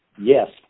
Yes